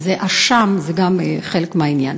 ISIS זה א-שאם, זה גם חלק מהעניין.